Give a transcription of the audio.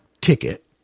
ticket